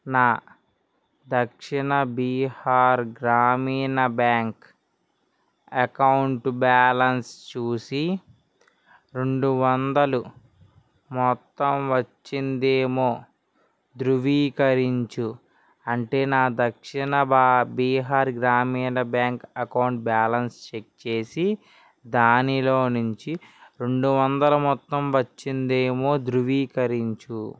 నా Dakshin Bihar Gramin bank account balance చూసి రెండు వందలు మొత్తం వచ్చిందేమో ధృవీకరించు అంటే నా దక్షిణ భా Bihar Gramin bank account balance check చేసి దానిలో నుంచి రెండు వందలు మొత్తం వచ్చింది ఏమో ధృవీకరించుము